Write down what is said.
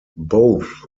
both